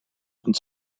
und